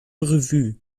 revue